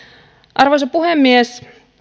arvoisa puhemies